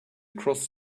cross